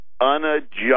unadjusted